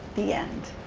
the end.